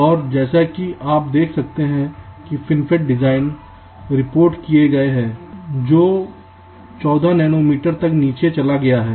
और जैसा कि आप देख सकते हैं कि FinFET डिजाइन रिपोर्ट किए गए हैं जो 14 नैनोमीटर तक नीचे चला गया है